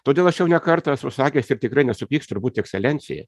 todėl aš jau ne kartą esu sakęs ir tikrai nesupyks turbūt ekscelencija